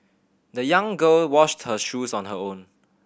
the young girl washed her shoes on her own